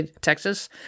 Texas